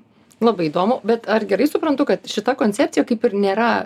labai įdomu bet ar gerai suprantu kad šita koncepcija kaip ir nėra